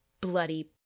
bloody